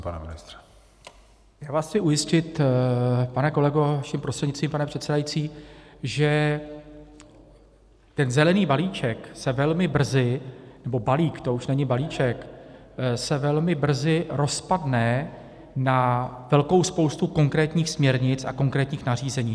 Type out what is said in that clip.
Já vás chci ujistit, pane kolego, vaším prostřednictvím, pane předsedající, že ten zelený balíček se velmi brzy, nebo balík, to už není balíček, rozpadne na velkou spoustu konkrétních směrnic a konkrétních nařízení.